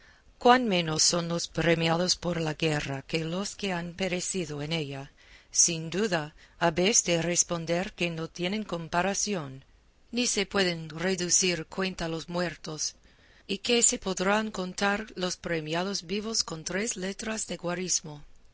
cuán menos son los premiados por la guerra que los que han perecido en ella sin duda habéis de responder que no tienen comparación ni se pueden reducir a cuenta los muertos y que se podrán contar los premiados vivos con tres letras de guarismo